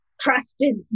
trusted